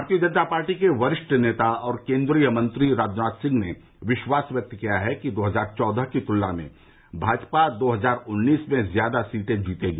भारतीय जनता पार्टी के वरिष्ठ नेता और केन्द्रीय मंत्री राजनाथ सिंह ने विश्वास व्यक्त किया है कि दो हजार चौदह की तुलना में भाजपा दो हजार उन्नीस में ज्यादा सीटें जीतेगी